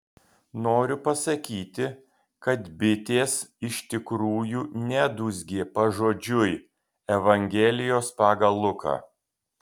noriu pasakyti kad bitės iš tikrųjų nedūzgė pažodžiui evangelijos pagal luką